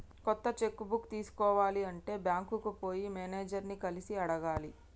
కొత్త cheque book తీసుకోవాలి అంటే బ్యాంకుకు పోయి మేనేజర్ ని కలిసి అడగాలి